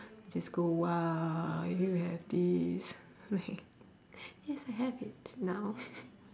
just go !wah! you have this like yes I have it now